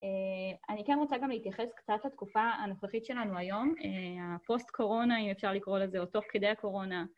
אני כן רוצה גם להתייחס קצת לתקופה הנוכחית שלנו היום, הפוסט-קורונה, אם אפשר לקרוא לזה, או תוך כדי הקורונה.